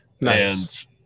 Nice